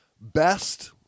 Best